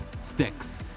Sticks